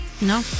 No